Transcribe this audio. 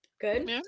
Good